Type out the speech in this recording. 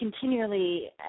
continually